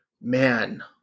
Man